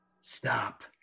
stop